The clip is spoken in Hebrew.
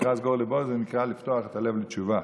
יקרע סגור לבו, זה נקרא לפתוח את הלב לתשובה.